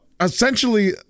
essentially